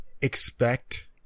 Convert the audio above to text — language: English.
expect